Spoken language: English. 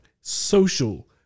social